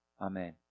Amen